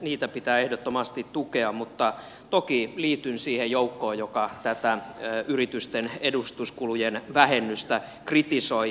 niitä pitää ehdottomasti tukea mutta toki liityn siihen joukkoon joka tätä yritysten edustuskulujen vähennystä kritisoi